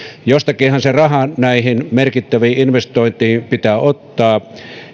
jostakinhan se raha näihin merkittäviin investointeihin pitää ottaa